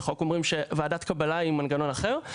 אנחנו רק אומרים שוועדת קבלה היא מנגנון אחר.